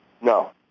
No